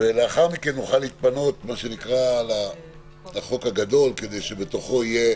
ולאחר מכן נוכל להתפנות לחוק הגדול כדי שבתוכו יהיה